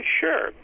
sure